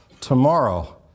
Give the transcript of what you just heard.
tomorrow